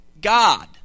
God